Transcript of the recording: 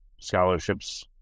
scholarships